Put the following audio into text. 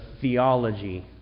theology